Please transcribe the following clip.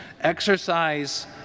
exercise